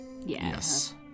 Yes